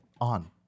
on